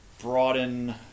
broaden